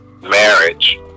marriage